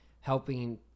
helping